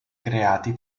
creati